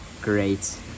great